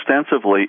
extensively